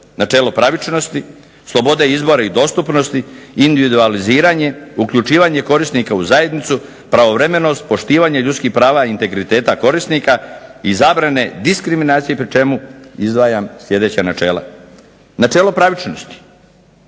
načelo pravičnosti, slobode izbora i dostupnosti, individualiziranje, uključivanje korisnika u zajednicu, pravovremenost, poštivanje ljudskih prava i integriteta korisnika, i zabrane diskriminacije pri čemu izdvajam sljedeća načela. Načelo pravičnosti